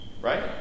right